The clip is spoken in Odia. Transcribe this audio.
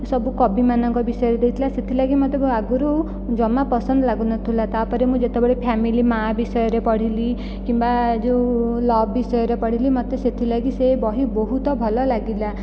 ସବୁ କବିମାନଙ୍କ ବିଷୟରେ ଦେଇଥିଲା ସେଥିଲାଗି ମୋତେ ଆଗରୁ ଜମା ପସନ୍ଦ ଲାଗୁନଥୁଲା ତା'ପରେ ମୁଁ ଯେତେବେଳେ ଫ୍ୟାମିଲି ମା' ବିଷୟରେ ପଢ଼ିଲି କିମ୍ବା ଯେଉଁ ଲଭ୍ ବିଷୟରେ ପଢ଼ିଲି ମୋତେ ସେଥିଲାଗି ସେ ବହି ବହୁତ ଭଲଲାଗିଲା